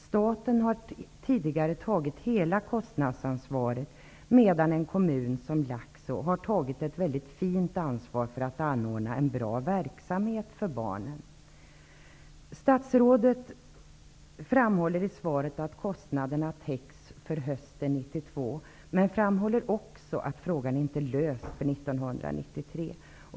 Staten har tidigare tagit hela kostnadsansvaret, medan en kommun som Laxå vällovligt tagit ansvaret för att anordna en bra verksamhet för barnen. Statsrådet framhåller i svaret att kostnaderna för hösten 1992 täcks, men statsrådet framhåller även att frågan inte är löst för 1993.